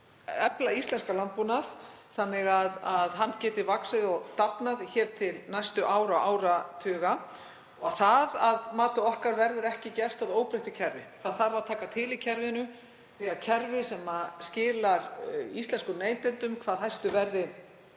efla íslenskan landbúnað þannig að hann geti vaxið og dafnað hér til næstu ára og áratuga. Það verður að okkar mati ekki gert í óbreyttu kerfi. Það þarf að taka til í kerfinu en kerfið skilar íslenskum neytendum hvað hæstu verði